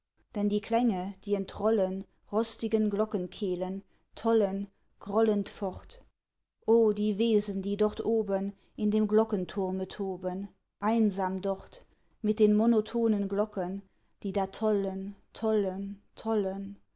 denn die klänge die entrollen rostigen glockenkehlen tollen grollend fort o die wesen die dort oben in dem glockenturme toben einsam dort mit den monotonen glocken die da tollen tollen tollen